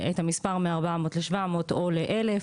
המספר מ-400 ל-700 או ל-1,000.